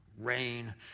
rain